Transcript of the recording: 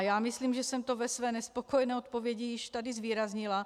Já myslím, že jsem to ve své nespokojené odpovědi již tady zvýraznila.